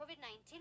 COVID-19